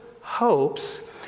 hopes